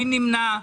מי נמנע?